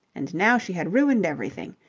and now she had ruined everything.